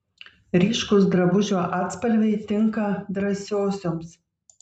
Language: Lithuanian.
ryškūs drabužių atspalviai tinka drąsiosioms